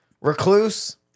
Recluse